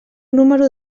número